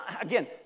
again